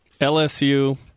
LSU